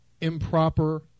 improper